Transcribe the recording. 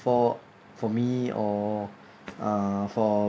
for for me or uh for